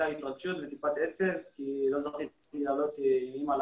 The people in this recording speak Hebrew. הגעתי לפני שלוש שנים בדיוק היום ועליתי לפני שנתיים.